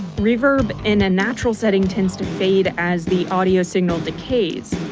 reverb in a natural setting tends to fade as the audio signal decays.